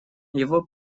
его